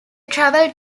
traveled